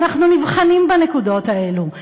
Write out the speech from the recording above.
ואנחנו נבחנים בנקודות האלה,